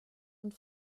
und